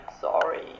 sorry